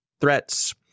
threats